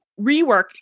rework